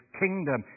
kingdom